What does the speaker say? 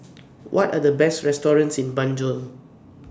What Are The Best restaurants in Banjul